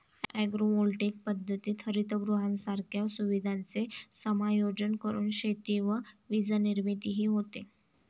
agrovoltaic पद्धतीत हरितगृहांसारख्या सुविधांचे समायोजन करून शेती व वीजनिर्मितीही होते